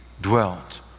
dwelt